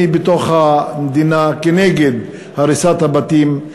בתוך המדינה נגד הריסת הבתים.